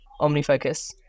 OmniFocus